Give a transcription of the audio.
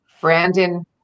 Brandon